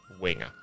Winger